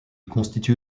constitue